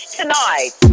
tonight